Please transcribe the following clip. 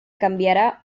canviarà